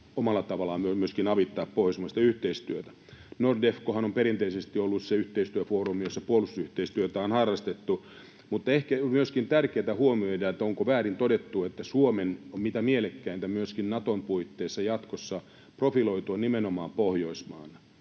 omalla tavallaan voi myöskin avittaa pohjoismaista yhteistyötä. Nordefcohan on perinteisesti ollut se yhteistyöfoorumi, jossa puolustusyhteistyötä on harrastettu. Mutta ehkä myöskin tärkeätä on huomioida, onko väärin todettu, että Suomen on mitä mielekkäintä myöskin Naton puitteissa jatkossa profiloitua nimenomaan Pohjoismaana.